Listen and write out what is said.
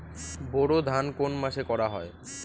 বোরো ধান কোন মাসে করা হয়?